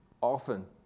often